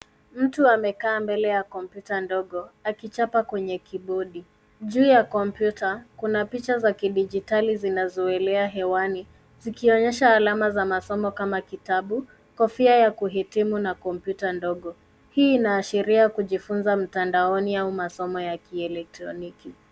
Mtu amekaa mbele ya kompyuta ndogo akichapa kwenye kibodi. Juu ya kompyuta kuna picha za kidijitali zinazoelea hewani zikionyesha alama za masomo kama kitabu, kofia ya kuhitimu na kompyuta ndogo. Hii inaashiria kujifunza mtandaoni au masomo ya kielektroniki.